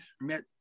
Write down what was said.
met